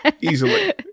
Easily